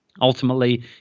ultimately